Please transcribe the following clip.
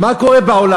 מה קורה בעולם?